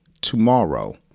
tomorrow